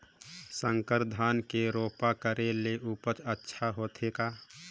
संकर धान के रोपा करे ले उपज अच्छा होथे का?